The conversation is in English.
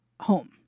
home